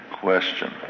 question